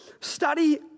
study